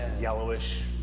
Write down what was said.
yellowish